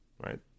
Right